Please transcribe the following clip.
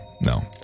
No